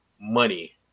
money